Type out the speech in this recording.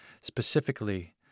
specifically